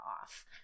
off